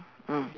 mm